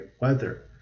weather